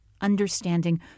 understanding